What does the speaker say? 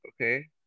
okay